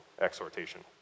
exhortation